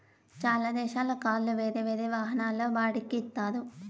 చాలా దేశాల్లో కార్లు వేరే వాహనాల్లో బాడిక్కి ఇత్తారు